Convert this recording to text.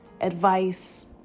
advice